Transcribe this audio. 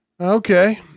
Okay